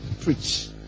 preach